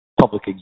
public